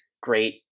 great